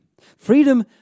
Freedom